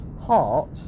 heart